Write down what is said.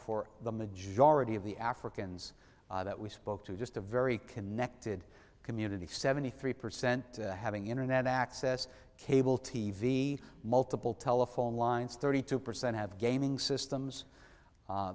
for the majority of the africans that we spoke to just a very connected community seventy three percent having internet access cable t v multiple telephone lines thirty two percent have gaming systems